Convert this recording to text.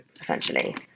essentially